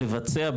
לבצע,